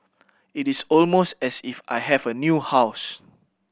it is almost as if I have a new house